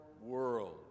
world